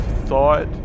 thought